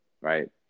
Right